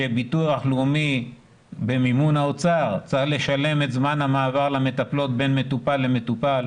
שביטוח לאומי במימון האוצר צריך לשלם את זמן המעבר בין מטופל למטופל,